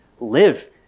live